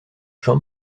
jean